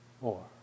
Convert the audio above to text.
more